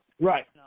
Right